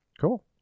Cool